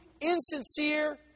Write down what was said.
insincere